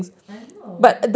I know